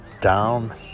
down